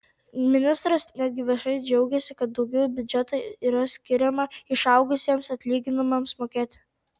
ministras netgi viešai džiaugėsi kad daugiau biudžeto yra skiriama išaugusiems atlyginimams mokėti